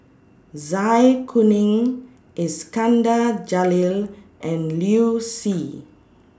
Zai Kuning Iskandar Jalil and Liu Si